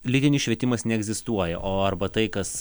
lytinis švietimas neegzistuoja o arba tai kas